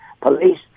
police